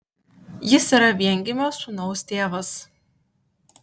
jis yra viengimio sūnaus tėvas